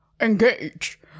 Engage